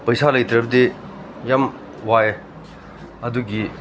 ꯄꯩꯁꯥ ꯂꯩꯇ꯭ꯔꯕꯗꯤ ꯌꯥꯝ ꯋꯥꯏꯌꯦ ꯑꯗꯨꯒꯤ